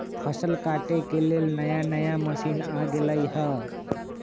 फसल काटे के लेल नया नया मशीन आ गेलई ह